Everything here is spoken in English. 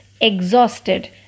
Exhausted